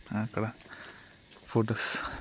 అక్కడ ఫొటోస్